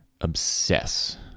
obsess